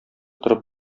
торып